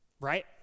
right